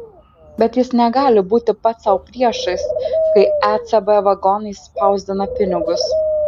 bet jis negali būti pats sau priešas kai ecb vagonais spausdina pinigus